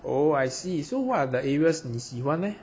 oh I see so what are the areas 你喜欢 leh